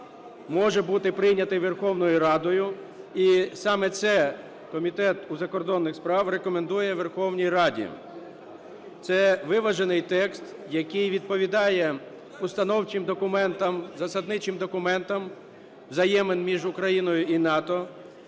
може бути прийнятий Верховною Радою, і саме це Комітет у закордонних справах рекомендує Верховній Раді. Це виважений текст, який відповідає установчим документам, засадничим документам взаємин між Україною і НАТО.